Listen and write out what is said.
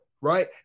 right